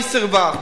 והיא סירבה.